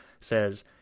says